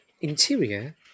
Interior